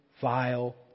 vile